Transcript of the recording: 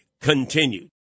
continued